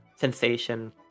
sensation